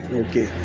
okay